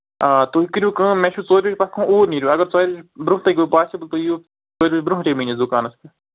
آ تُہۍ کٔرِو کٲم مےٚ چھُ ژورِ بجہِ پتھ کُن اوٗرۍ نیرو اگر تۅہہِ برٛۄنٛٹھے گوٚو پاسِبٕل تُہۍ یِیو ژورِ بجہِ برٛونٛٹھٕے میٛٲنِس دُکانس پٮ۪ٹھ